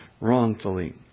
wrongfully